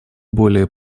более